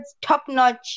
top-notch